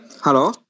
Hello